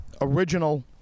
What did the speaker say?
original